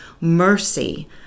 mercy